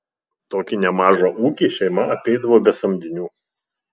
tokį nemažą ūkį šeima apeidavo be samdinių